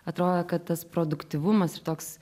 atrodo kad tas produktyvumas ir toks